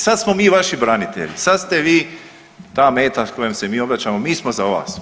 Sad smo mi vaši branitelji, sad ste vi ta meta kojoj se mi obraćamo, mi smo za vas.